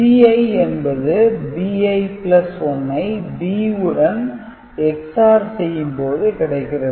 Gi என்பது Bi1 ஐ B உடன் XOR செய்யும் போது கிடைக்கிறது